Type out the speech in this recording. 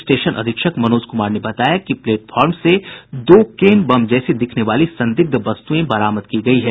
station अधीक्षक मनोज कुमार ने बताया कि प्लेटफॉर्म से दो केन बम जैसी दिखने वाली संदिग्ध वस्तुएं बरामद की गयी हैं